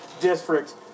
district